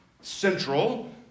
central